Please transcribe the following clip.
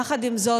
יחד עם זאת,